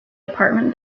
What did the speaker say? apartment